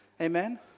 Amen